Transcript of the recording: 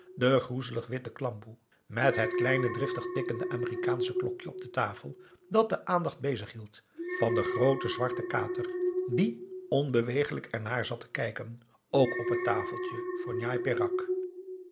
de groezelig witte klamboe met het kleine driftig tikkende amerikaansche klokje op de tafel dat de aandacht bezig hield van den grooten zwarten kater die onbeweeglijk ernaar zat te kijken k op het tafeltje voor njai peraq